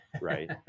right